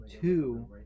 two